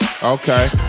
Okay